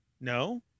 No